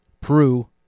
Prue